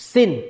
Sin